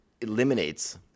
eliminates